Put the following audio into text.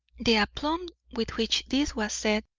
the aplomb with which this was said,